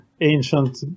ancient